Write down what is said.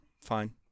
fine